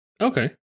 Okay